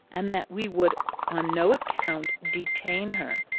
and that we would on no account detain her,